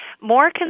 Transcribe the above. More